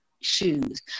shoes